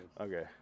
Okay